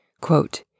Quote